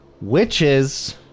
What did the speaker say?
witches